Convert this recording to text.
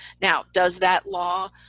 now does that law